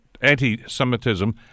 anti-Semitism